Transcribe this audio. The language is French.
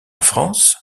france